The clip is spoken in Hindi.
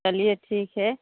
चलिए ठीक है